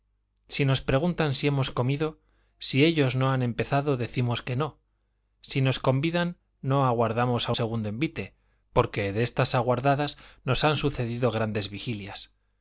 si nos preguntan si hemos comido si ellos no han empezado decimos que no si nos convidan no aguardamos a segundo envite porque de estas aguardadas nos han sucedido grandes vigilias